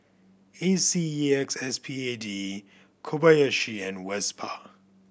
A C E X S P A D E Kobayashi and Vespa